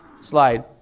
slide